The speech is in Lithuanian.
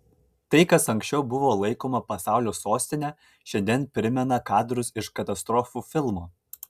tai kas anksčiau buvo laikoma pasaulio sostine šiandien primena kadrus iš katastrofų filmo